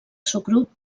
subgrup